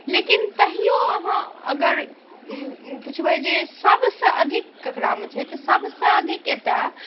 लेकिन तैओ अहाँ अगर पुछबै जे सबसँ अधिक ककरामे छै तऽ सबसँ अधिक एतऽ